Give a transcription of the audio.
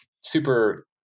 super